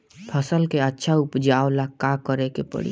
फसल के अच्छा उपजाव ला का करे के परी?